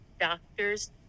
doctors